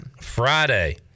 friday